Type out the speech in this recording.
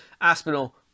Aspinall